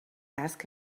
ask